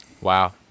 Wow